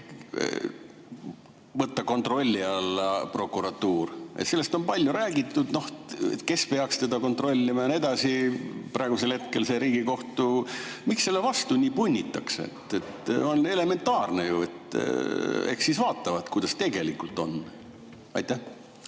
võtta kontrolli alla prokuratuur. Sellest on palju räägitud, kes peaks teda kontrollima ja nii edasi. Praegusel hetkel see Riigikohtu kontroll – miks selle vastu nii punnitakse? On ju elementaarne, et eks siis vaatavad, kuidas tegelikult on. Hea